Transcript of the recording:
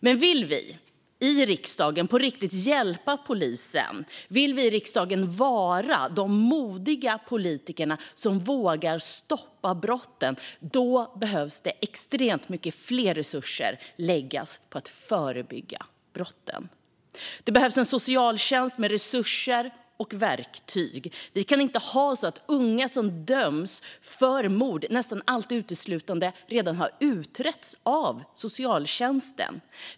Men vill vi i riksdagen på riktigt hjälpa polisen och vara de modiga politiker som vågar stoppa brotten behöver extremt mycket mer resurser läggas på att förebygga brotten. Det behövs en socialtjänst med resurser och verktyg. Vi kan inte ha det så att unga som döms för mord nästan alltid redan har utretts av socialtjänsten.